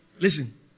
Listen